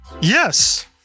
Yes